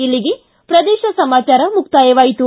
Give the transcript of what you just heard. ಇಲ್ಲಿಗೆ ಪ್ರದೇಶ ಸಮಾಚಾರ ಮುಕ್ತಾಯವಾಯಿತು